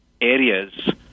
areas